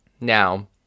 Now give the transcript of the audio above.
Now